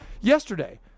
yesterday